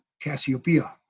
Cassiopeia